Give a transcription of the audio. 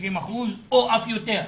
90% או אף יותר.